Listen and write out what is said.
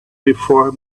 before